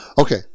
Okay